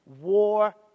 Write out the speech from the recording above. war